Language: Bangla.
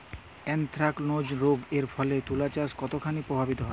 এ্যানথ্রাকনোজ রোগ এর ফলে তুলাচাষ কতখানি প্রভাবিত হয়?